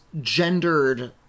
gendered